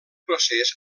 procés